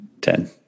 Ten